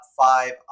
five